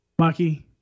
Maki